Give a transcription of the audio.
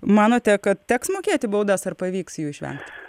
manote kad teks mokėti baudas ar pavyks jų išvengti